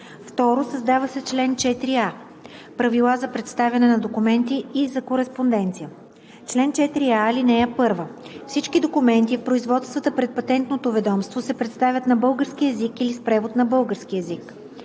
2. Създава се чл. 4а: „Правила за представяне на документи и за кореспонденция Чл. 4a. (1) Всички документи в производствата пред Патентното ведомство се представят на български език или с превод на български език.